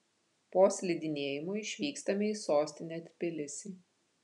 po slidinėjimo išvykstame į sostinę tbilisį